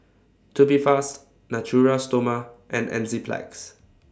Tubifast Natura Stoma and Enzyplex